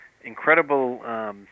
incredible –